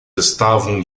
estavam